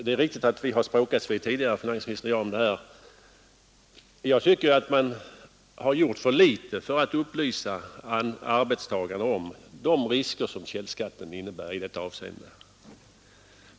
Det är riktigt att finansministern och jag tidigare har språkats vid om detta. Jag tycker att man har gjort för litet för att upplysa arbetstagarna om de risker som källskatten innebär i detta avseende.